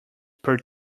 per